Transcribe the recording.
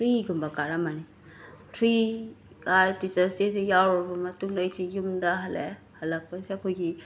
ꯊ꯭ꯔꯤꯒꯨꯝꯕ ꯀꯥꯔꯝꯃꯅꯤ three teachers day ꯌꯥꯎꯔꯕ ꯃꯇꯨꯡꯗ ꯑꯩꯁꯦ ꯌꯨꯝꯗ ꯍꯜꯂꯛꯑꯦ ꯍꯜꯂꯛꯄꯁꯤꯗ ꯑꯩꯈꯣꯏꯒꯤ